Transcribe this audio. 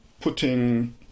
putting